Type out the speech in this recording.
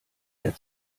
der